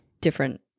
different